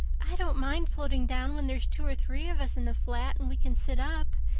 i don't mind floating down when there's two or three of us in the flat and we can sit up.